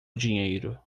dinheiro